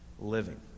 living